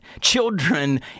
Children